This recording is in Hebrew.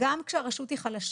גם כשהרשות חלשה,